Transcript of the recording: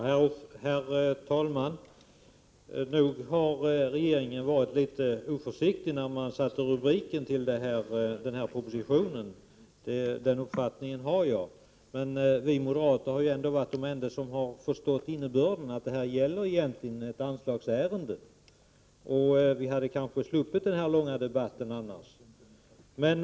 Herr talman! Nog har regeringen varit litet oförsiktig då den satt rubrik på den här propositionen. Den uppfattningen har jag. Vi moderater är de enda som har förstått innebörden, att detta egentligen gäller ett anslagsärende. En tydlig rubrik hade kanske inneburit att vi sluppit denna långa debatt.